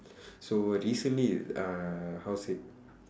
so recently uh how say